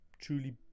truly